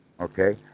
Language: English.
Okay